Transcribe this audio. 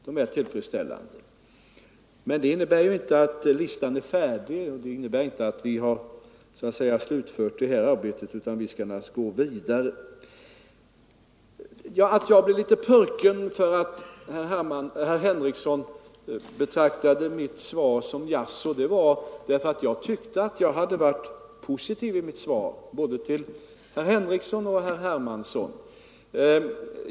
Det innebär emellertid inte att listan är fullständig eller att vi skulle ha slutfört detta arbete, utan vi skall naturligtvis gå vidare. Att jag blev litet purken därför att herr Henrikson betraktade mitt svar som ett jaså berodde på att jag tyckte att jag hade varit positiv i mitt svar till både herr Henrikson och herr Hermansson.